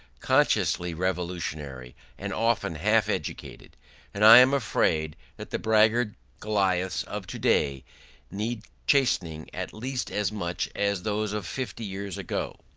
consciously revolutionary and often half-educated and i am afraid that the braggart goliaths of today need chastening at least as much as those of fifty years ago.